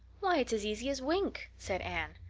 why, it's as easy as wink, said anne.